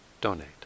donate